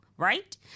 Right